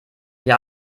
wir